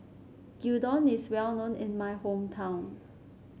Gyudon is well known in my hometown